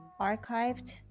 archived